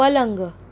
पलंग